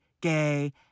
gay